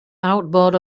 outboard